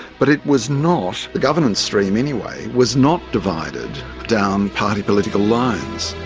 but it was not the government stream, anyway was not divided down party political lines.